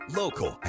local